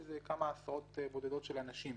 כאשר מדובר בכמה עשרות בודדות של אנשים.